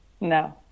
No